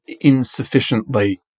insufficiently